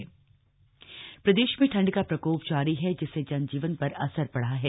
मौसम प्रदेश में ठंड का प्रकोप जारी है जिससे जनजीवन पर असर पड़ा है